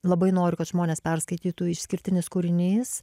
labai noriu kad žmonės perskaitytų išskirtinis kūrinys